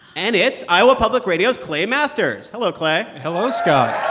and it's iowa public radio's clay masters. hello, clay hello, scott